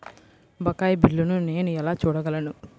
బకాయి బిల్లును నేను ఎలా చూడగలను?